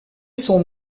son